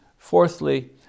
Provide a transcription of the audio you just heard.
Fourthly